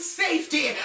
safety